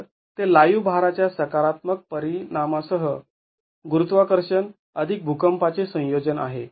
तर ते लाईव्ह भारा च्या सकारात्मक परिणामसह गुरुत्वाकर्षण अधिक भुकंपाचे संयोजन आहे